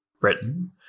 Britain